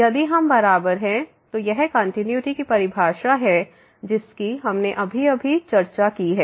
यदि यह बराबर है तो यह कंटिन्यूटी की परिभाषा है जिसकी हमने अभी चर्चा की है